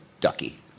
ducky